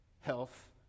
health